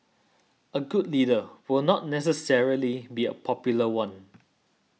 a good leader will not necessarily be a popular one